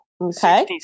Okay